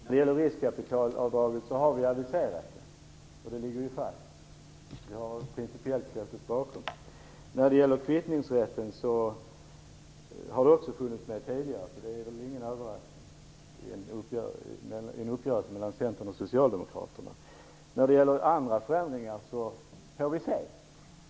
Fru talman! Riskkapitalavdraget har vi aviserat att vi principiellt ställer oss bakom. Även kvittningsrätten har funnits med tidigare. Det är väl ingen överraskning i en uppgörelse mellan Centern och Socialdemokraterna. När det gäller andra förändringar får vi se.